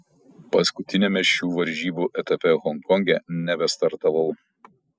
paskutiniame šių varžybų etape honkonge nebestartavau